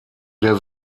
der